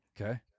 Okay